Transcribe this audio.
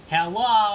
Hello